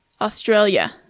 Australia